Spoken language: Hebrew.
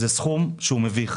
זה סכום מביך.